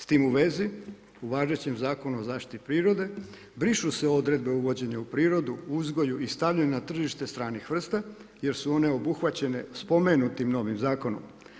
S tim u vezi, u važećem Zakonu o zaštiti prirode brišu se odredbe uvođenja u prirodu, uzgoju i stanju na tržištu stranih vrsta jer su one obuhvaćene spomenutim novim zakonom.